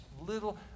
little